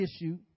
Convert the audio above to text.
issue